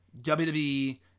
wwe